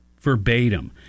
verbatim